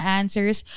answers